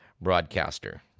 broadcaster